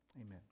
Amen